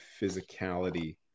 physicality